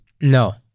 No